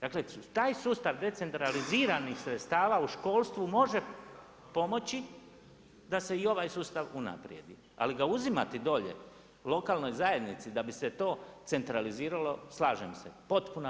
Dakle, taj sustav decentraliziranih sredstava u školstvu može pomoći da se i ovaj sustav unaprijedi, ali ga uzimati dolje lokalnoj zajednici da bi se to centraliziralo, slažem se potpuna